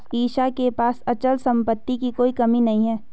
ईशा के पास अचल संपत्ति की कोई कमी नहीं है